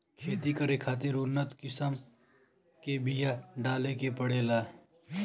खेती करे खातिर उन्नत किसम के बिया डाले के पड़ेला